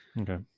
Okay